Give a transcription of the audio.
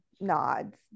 nods